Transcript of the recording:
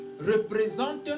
représente